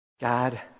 God